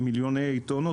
למיליוני טונות,